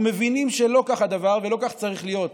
אנחנו מבינים שלא כך הדבר ולא כך צריך להיות.